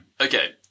Okay